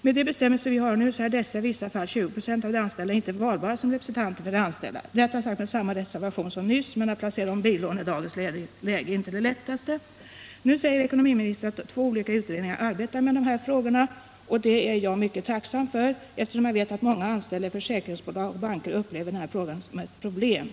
Med de bestämmelser vi har nu så är dessa anställda, i vissa fall 20 96, inte valbara som representanter för de anställda. Detta sagt med samma reservationer som nyss — och att placera om billån i dagens läge är inte det lättaste. Nu säger ekonomiministern att två olika utredningar arbetar med dessa frågor. Det är jag mycket tacksam för, eftersom jag vet att många anställda i försäkringsbolag och banker upplever denna fråga som ett problem.